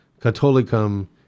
Catholicum